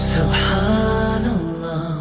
Subhanallah